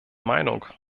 meinung